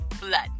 blood